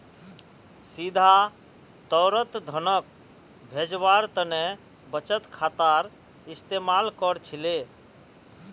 सीधा तौरत धनक भेजवार तने बचत खातार इस्तेमाल कर छिले